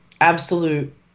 absolute